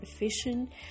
efficient